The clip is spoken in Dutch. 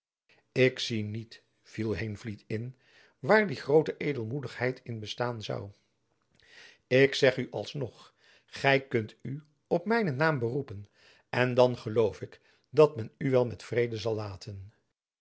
ik zie niet viel heenvliet in waar die groote edelmoedigheid in bestaan zoû ik zeg u alsnog gy kunt u op mijnen naam beroepen en dan geloof ik dat men u wel met vrede zal laten